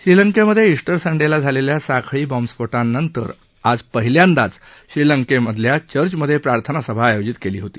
श्रीलंकेमध्ये क्टिर संडेला झालेल्या साखळी बॉम्बस्फोटानंतर आज पहिल्यांदाच श्रीलंकेतल्या चर्चमध्ये प्रार्थना सभा आयोजित केली होती